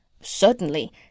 Certainly